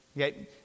okay